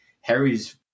Harry's